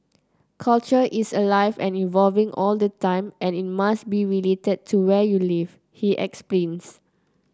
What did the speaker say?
culture is alive and evolving all the time and it must be related to where you live he explains